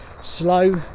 slow